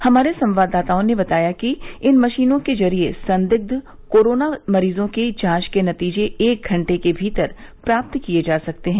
हमारे संवाददाता ने बताया है कि इन मशीनों के जरिये संदिग्ध कोरोना मरीजों की जांच के नतीजे एक घंटे के भीतर प्राप्त किए जा सकते हैं